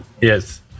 yes